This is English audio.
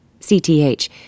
CTH